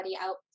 out